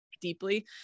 deeply